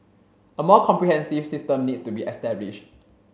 a more comprehensive system needs to be established